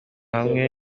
hamwe